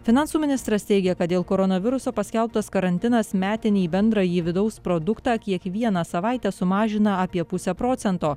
finansų ministras teigia kad dėl koronaviruso paskelbtas karantinas metinį bendrąjį vidaus produktą kiekvieną savaitę sumažina apie pusę procento